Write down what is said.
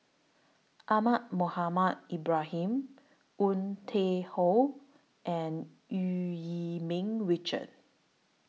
Ahmad Mohamed Ibrahim Woon Tai Ho and EU Yee Ming Richard